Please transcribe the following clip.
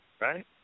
right